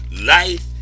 life